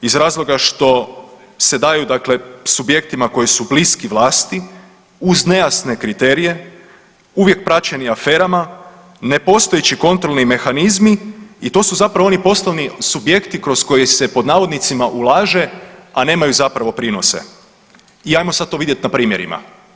Iz razloga što se daju dakle subjektima koji su bliski vlasti uz nejasne kriterije, uvijek praćeni aferama, nepostojeći kontrolni mehanizmi i to su zapravo oni poslovni subjekti kroz koje se pod navodnicima ulaže, a nemaju zapravo prinose i ajmo to sad vidjet na primjerima.